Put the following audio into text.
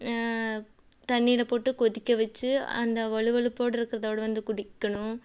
தண்ணியில போட்டு கொதிக்க வச்சு அந்த வழுவழுப்போட இருக்கிறதோட வந்து குடிக்கணும்